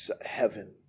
heaven